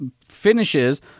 finishes